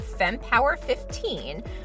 FEMPOWER15